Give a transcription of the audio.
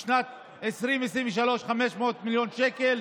בשנת 2023, 500 מיליון שקלים,